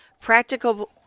practical